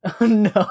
no